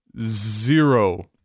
zero